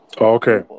Okay